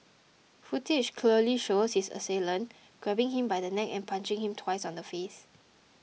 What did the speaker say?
footage clearly shows his assailant grabbing him by the neck and punching him twice on the face